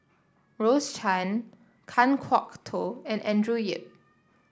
Rose Chan Kan Kwok Toh and Andrew Yip